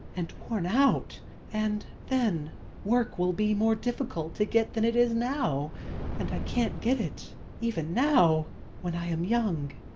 and worn out and then work will be more difficult to get than it is now and i can't get it even now when i am young.